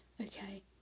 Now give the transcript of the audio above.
okay